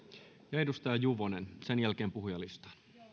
ja edustaja juvonen sen jälkeen puhujalistaan